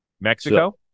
mexico